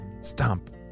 stomp